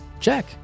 Check